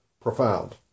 profound